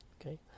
okay